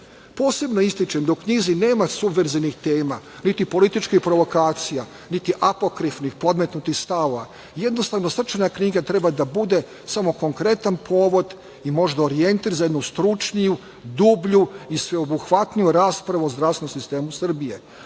posebno ističem da u knjizi nema subverzivnih tema, niti političkih provokacija, niti apokrifnih, podmetnutih stavova. Jednostavno, knjiga treba da bude samo konkretan povod i možda orijentir za jednu stručniju, dublju i sveobuhvatniju raspravu o zdravstvenom sistemu Srbije. Sa